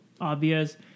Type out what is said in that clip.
obvious